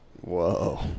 Whoa